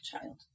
child